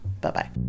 Bye-bye